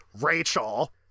Rachel